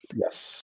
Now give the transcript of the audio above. Yes